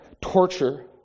torture